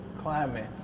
climate